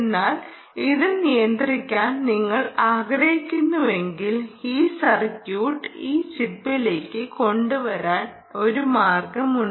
എന്നാൽ ഇത് നിയന്ത്രിക്കാൻ നിങ്ങൾ ആഗ്രഹിക്കുന്നുവെങ്കിൽ ഈ സർക്യൂട്ട് ഈ ചിപ്പിലേക്ക് കൊണ്ടുവരാൻ ഒരു മാർഗമുണ്ട്